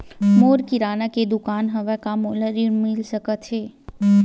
मोर किराना के दुकान हवय का मोला ऋण मिल सकथे का?